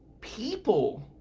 people